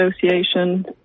association